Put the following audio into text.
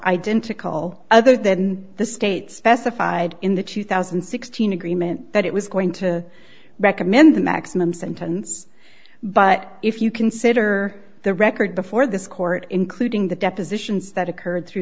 identical other than the state specified in the two thousand and sixteen agreement that it was going to recommend the maximum sentence but if you consider the record before this court including the depositions that occurred through